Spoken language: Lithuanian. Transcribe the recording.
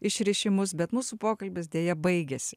išrišimus bet mūsų pokalbis deja baigiasi